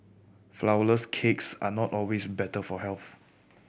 flourless cakes are not always better for health